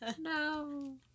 No